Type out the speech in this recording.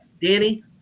Danny